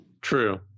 True